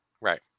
right